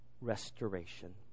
restoration